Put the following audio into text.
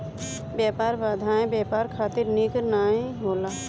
व्यापार बाधाएँ व्यापार खातिर निक नाइ होला